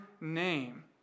name